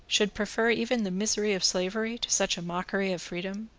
should prefer even the misery of slavery to such a mockery of freedom?